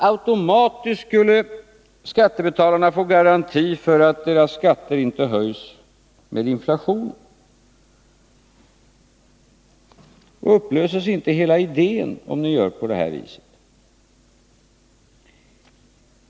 Automatiskt skulle skattebetalarna få garanti för att deras skatter inte höjdes i takt med inflationen. Upplöses inte hela idén om ni gör på det här viset?